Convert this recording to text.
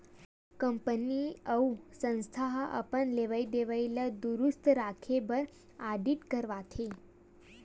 company अउ संस्था ह अपन लेवई देवई ल दुरूस्त राखे बर आडिट करवाथे